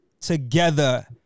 together